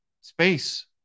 space